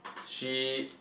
she